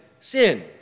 sin